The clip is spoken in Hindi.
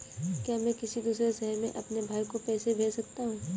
क्या मैं किसी दूसरे शहर में अपने भाई को पैसे भेज सकता हूँ?